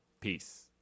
Peace